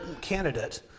candidate